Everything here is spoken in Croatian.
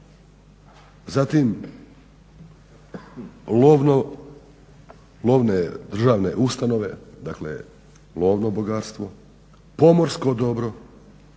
zatim lovne državne ustanove. Dakle, lovno bogatstvo, pomorsko dobro.